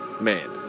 man